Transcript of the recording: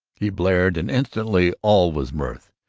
he blared, and instantly all was mirth.